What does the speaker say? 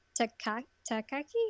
Takaki